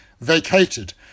vacated